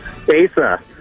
Asa